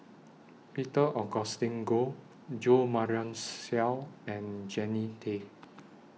Peter Augustine Goh Jo Marion Seow and Jannie Tay